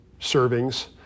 servings